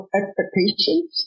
expectations